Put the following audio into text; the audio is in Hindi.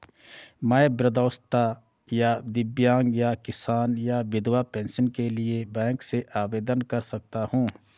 मैं वृद्धावस्था या दिव्यांग या किसान या विधवा पेंशन के लिए बैंक से आवेदन कर सकता हूँ?